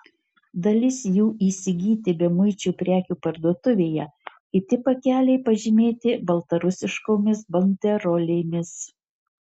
dalis jų įsigyti bemuičių prekių parduotuvėje kiti pakeliai pažymėti baltarusiškomis banderolėmis